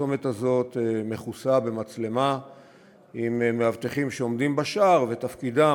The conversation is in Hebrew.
הצומת הזה מכוסה במצלמה עם מאבטחים שעומדים בשער ותפקידם,